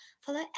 Follow